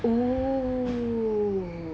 ooh